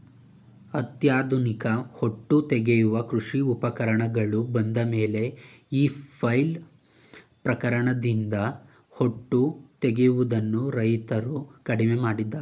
ಅತ್ಯಾಧುನಿಕ ಹೊಟ್ಟು ತೆಗೆಯುವ ಕೃಷಿ ಉಪಕರಣಗಳು ಬಂದಮೇಲೆ ಈ ಫ್ಲೈಲ್ ಉಪಕರಣದಿಂದ ಹೊಟ್ಟು ತೆಗೆಯದನ್ನು ರೈತ್ರು ಕಡಿಮೆ ಮಾಡಿದ್ದಾರೆ